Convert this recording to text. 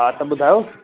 हा त ॿुधायो